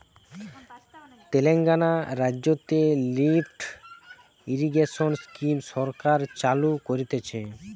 তেলেঙ্গানা রাজ্যতে lift irrigation scheme সরকার চালু করতিছে